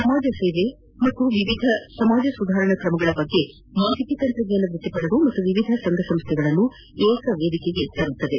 ಸಮಾಜ ಸೇವೆ ಹಾಗೂ ವಿವಿಧ ಸಮಾಜ ಸುಧಾರಣಾ ಕ್ರಮಗಳ ಕುರಿತಂತೆ ಮಾಹಿತಿ ತಂತ್ರಜ್ಞಾನ ವ್ಯಕ್ಲಿಪರರು ಮತ್ತು ವಿವಿಧ ಸಂಘ ಸಂಸ್ನೆಗಳನ್ನು ಏಕ ವೇದಿಕೆಗೆ ತರುವುದು